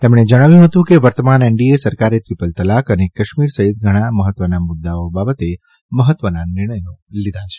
તેમણે જણાવ્યું હતું કે વર્તમાન એનડીએ સરકારે ત્રિપલ તલાક અને કાશ્મીર સહિત ઘણા મહત્વના મુદ્દાઓ બાબતે મહત્વના નિર્ણયો લીધા છે